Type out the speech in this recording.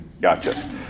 Gotcha